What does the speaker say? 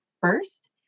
first